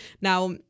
now